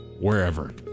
wherever